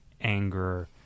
anger